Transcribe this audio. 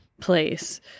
place